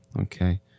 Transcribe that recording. Okay